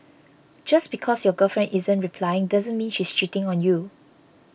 just because your girlfriend isn't replying doesn't mean she's cheating on you